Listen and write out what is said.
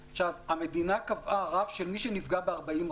המדינה קבעה רף של מי שנפגע ב-40%.